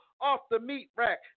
off-the-meat-rack